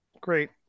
Great